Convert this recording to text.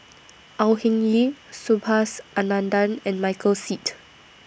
Au Hing Yee Subhas Anandan and Michael Seet